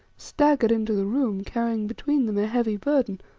staggered into the room carrying between them a heavy burden,